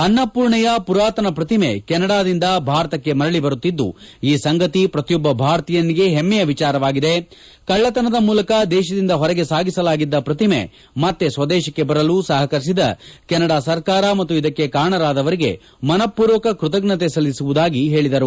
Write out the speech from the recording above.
ಅನ್ನಪೂರ್ಣೆಯ ಮರಾತನ ಪ್ರತಿಮೆ ಕೆನಡಾದಿಂದ ಭಾರತಕ್ಕೆ ಮರಳಿ ಬರುತ್ತಿದ್ದು ಈ ಸಂಗತಿ ಪ್ರತಿಯೊಬ್ಬ ಭಾರತೀಯನಿಗೆ ಹೆಮ್ಮೆಯ ವಿಚಾರವಾಗಿದೆ ಕಳ್ಳತನದ ಮೂಲಕ ದೇಶದಿಂದ ಹೊರಗೆ ಸಾಗಿಸಲಾಗಿದ್ದ ಪ್ರತಿಮೆ ಮತ್ತೆ ಸ್ವದೇಶಕ್ಕೆ ಬರಲು ಸಹಕರಿಸಿದ ಕೆನಡಾ ಸರ್ಕಾರ ಮತ್ತು ಇದಕ್ಕೆ ಕಾರಣರಾದವರಿಗೆ ಮನಮೂರ್ವಕ ಕೃತಜ್ಞತೆ ಸಲ್ಲಿಸುವುದಾಗಿ ಹೇಳಿದರು